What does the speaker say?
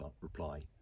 reply